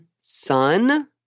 son